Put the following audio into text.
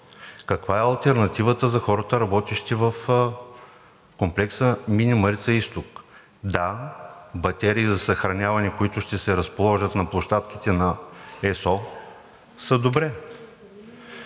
Каква е алтернативата за хората, работещи в комплекса „Мини Марица изток“? Да, батерии за съхраняване, които ще се разположат на площадките на ЕСО, са добре.